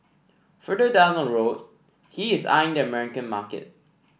further down the road he is eyeing the American market